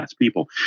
people